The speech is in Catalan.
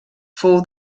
fou